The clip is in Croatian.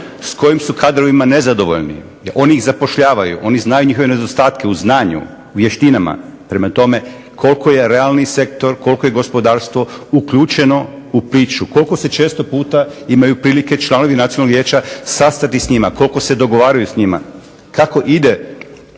s kojim su kadrovima nezadovoljni jer oni ih zapošljavaju, oni znaju njihove nedostatke u znanju, u vještinama. Prema tome koliko je realni sektor, koliko je gospodarstvo uključeno u priču, koliko se često puta imaju prilike članovi Nacionalnog vijeća sastati s njima, koliko se dogovaraju s njima, kako ide